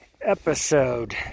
Episode